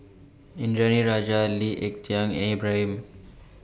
Indranee Rajah Lee Ek Tieng Ibrahim